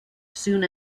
soon